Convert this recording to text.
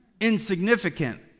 insignificant